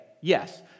Yes